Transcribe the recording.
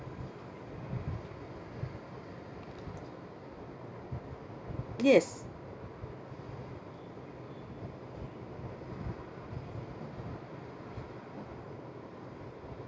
yes